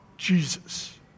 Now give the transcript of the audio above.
Jesus